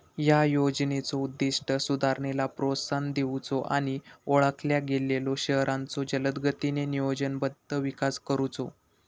या योजनेचो उद्दिष्ट सुधारणेला प्रोत्साहन देऊचो आणि ओळखल्या गेलेल्यो शहरांचो जलदगतीने नियोजनबद्ध विकास करुचो